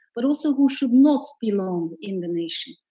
but also who should not belong in the nation.